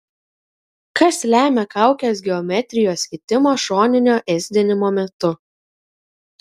kas lemia kaukės geometrijos kitimą šoninio ėsdinimo metu